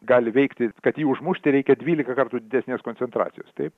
gali veikti kad jį užmušti reikia dvylika kartų didesnės koncentracijos taip